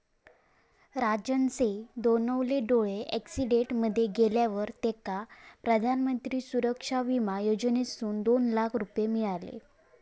राजनचे दोनवले डोळे अॅक्सिडेंट मध्ये गेल्यावर तेका प्रधानमंत्री सुरक्षा बिमा योजनेसून दोन लाख रुपये मिळाले